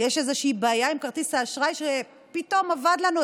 יש איזושהי בעיה עם כרטיס האשראי שפתאום אבד לנו,